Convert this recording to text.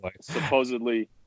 supposedly